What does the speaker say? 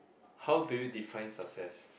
how do you define success